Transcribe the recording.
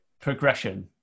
Progression